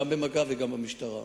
גם במג"ב וגם במשטרה.